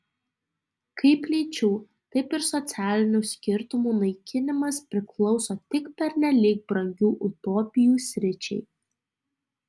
kaip lyčių taip ir socialinių skirtumų naikinimas priklauso tik pernelyg brangių utopijų sričiai